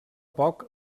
poc